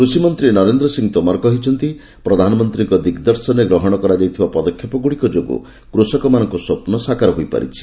କୃଷିମନ୍ତ୍ରୀ ନରେନ୍ଦ୍ର ସିଂହ ତୋମାର କହିଛନ୍ତି ପ୍ରଧାନମନ୍ତ୍ରୀଙ୍କ ଦିଗ୍ଦର୍ଶନରେ ଗ୍ରହଣ କରାଯାଇଥିବା ପଦକ୍ଷେପଗୁଡ଼ିକ ଯୋଗୁଁ କୃଷକମାନଙ୍କ ସ୍ୱପ୍ନ ସାକାର ହୋଇପାରିଛି